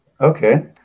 Okay